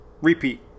Repeat